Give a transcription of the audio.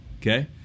Okay